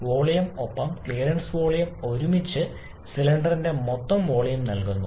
അതിനാൽ വോളിയം ഒപ്പം clearance volume ഒരുമിച്ച് സിലിണ്ടറിന്റെ മൊത്തം വോളിയം നൽകുന്നു